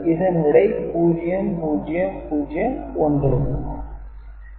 இதன் விடை 0 0 0 1